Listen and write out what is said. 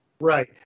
Right